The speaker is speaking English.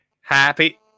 happy